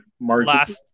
last